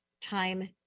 time